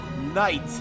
Night